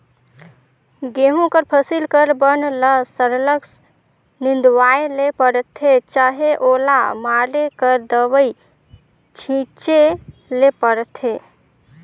गहूँ फसिल कर बन ल सरलग निंदवाए ले परथे चहे ओला मारे कर दवई छींचे ले परथे